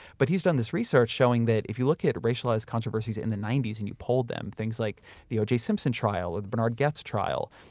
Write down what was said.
but he's done this research showing that if you look at racialized controversies in the ninety s and you polled them, things like the oj simpson trial, the bernard goetz trial.